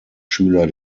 schüler